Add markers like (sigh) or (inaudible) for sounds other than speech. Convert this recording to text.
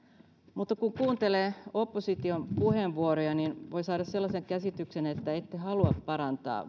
kun kuuntelee opposition puheenvuoroja voi saada sellaisen käsityksen että ette halua parantaa (unintelligible)